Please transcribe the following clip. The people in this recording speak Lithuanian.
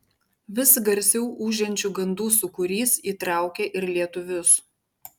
vis garsiau ūžiančių gandų sūkurys įtraukė ir lietuvius